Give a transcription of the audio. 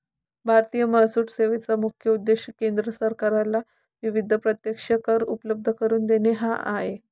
भारतीय महसूल सेवेचा मुख्य उद्देश केंद्र सरकारला विविध प्रत्यक्ष कर उपलब्ध करून देणे हा आहे